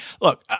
look